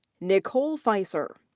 nichole fieser.